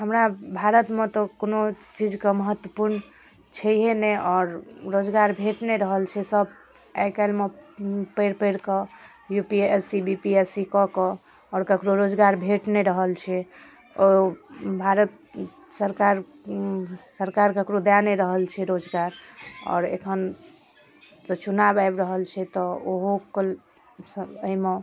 हमरा भारतमे तऽ कोनो चीज कऽ महत्वपूर्ण छैहे नहि आओर रोजगार भेट नहि रहल छै सभ आइकल्हिमे पढ़ि पढ़ि कऽ U P S C B P S C कऽ कऽ आओर ककरो रोजगार भेट नहि रहल छै ओ भारत सरकार सरकार ककरो दै नहि रहल छै रोजगार आओर एखन तऽ चुनाओ आबि रहल छै तऽ ओहो कऽ एहिमे